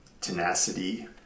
tenacity